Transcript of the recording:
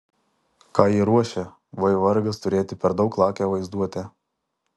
ką jie ruošia vai vargas turėti per daug lakią vaizduotę